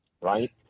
right